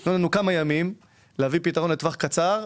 תנו לנו כמה ימים להביא פתרון לטווח קצר,